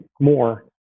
more